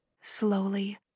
slowly